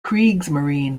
kriegsmarine